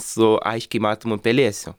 su aiškiai matomu pelėsiu